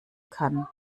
kann